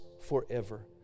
forever